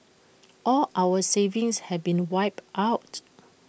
all our savings have been wiped out